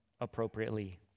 appropriately